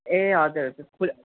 ए हजुर हजुर